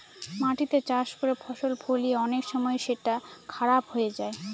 মাটিতে চাষ করে ফসল ফলিয়ে অনেক সময় সেটা খারাপ হয়ে যায়